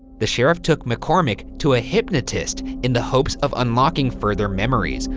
the sheriff took mccormick to a hypnotist in the hopes of unlocking further memories,